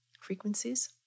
frequencies